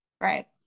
Right